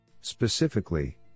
Specifically